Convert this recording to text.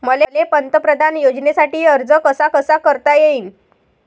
मले पंतप्रधान योजनेसाठी अर्ज कसा कसा करता येईन?